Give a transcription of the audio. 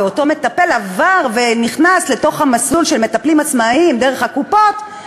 ואותו מטפל עבר ונכנס לתוך המסלול של מטפלים עצמאים דרך הקופות,